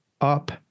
up